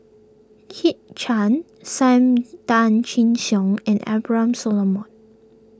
Kit Chan Sam Tan Chin Siong and Abraham Solomon